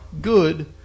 good